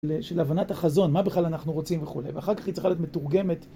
של הבנת החזון, מה בכלל אנחנו רוצים וכולי, ואחר כך היא צריכה להיות מתורגמת.